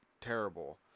terrible